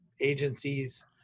agencies